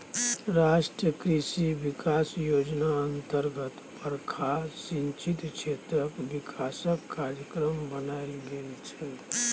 राष्ट्रीय कृषि बिकास योजना अतर्गत बरखा सिंचित क्षेत्रक बिकासक कार्यक्रम बनाएल गेल छै